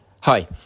Hi